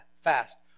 fast